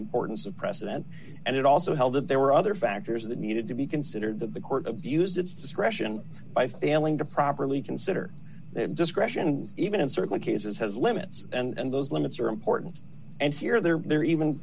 importance of precedent and it also held that there were other factors that needed to be considered that the court of use its discretion by failing to properly consider their discretion even in certain cases has limits and those limits are important and here they're there even